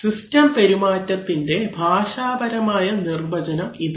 system പെരുമാറ്റത്തിന്റെ ഭാഷാപരമായ നിർവചനം ഇതാണ്